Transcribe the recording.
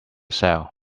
sell